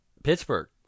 Pittsburgh